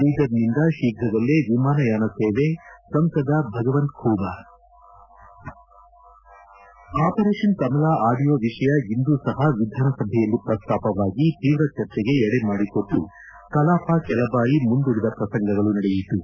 ಬೀದರ್ನಿಂದ ಶೀಘದಲ್ಲೇ ವಿಮಾನಯಾನ ಸೇವೆ ಸಂಸದ ಭಗವಂತ ಖೂಬಾ ಆಪರೇಷನ್ ಕಮಲ ಆಡಿಯೋ ವಿಷಯ ಇಂದೂ ಸಹ ವಿಧಾನಸಭೆಯಲ್ಲಿ ಪ್ರಸ್ತಾಪವಾಗಿ ತೀವ್ರ ಚರ್ಚೆಗೆ ಎಡೆಮಾಡಿ ಕೊಟ್ಟು ಕಲಾಪ ಕೆಲ ಬಾರಿ ಮುಂದೂಡಿದ ಪ್ರಸಂಗಗಳು ನಡೆಯಿತು